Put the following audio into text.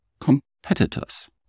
competitors